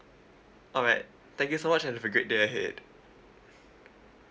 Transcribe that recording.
all right thank you so much and have a great day ahead